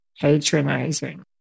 patronizing